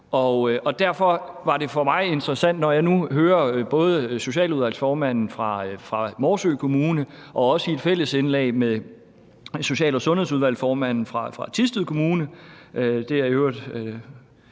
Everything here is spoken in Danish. Derfor var det for mig interessant, når jeg nu hørte både socialudvalgsformanden fra Morsø Kommune og også i et fælles indlæg med social- og sundhedsudvalgsformanden fra Thisted Kommune